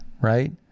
right